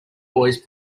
boys